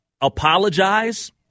apologize